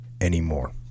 anymore